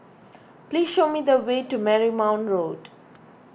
please show me the way to Marymount Road